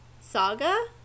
saga